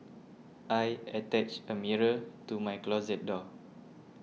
I attached a mirror to my closet door